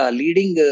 leading